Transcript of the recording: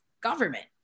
government